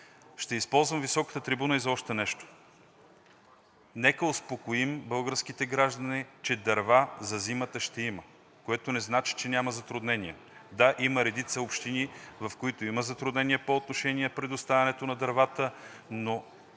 Ще използвам високата трибуна и за още нещо. Нека успокоим българските граждани, че дърва за зимата ще има. Което не значи, че няма затруднения. Да, има редица общини, в които има затруднения по отношение предоставянето на дървата, но